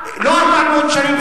400 שנים,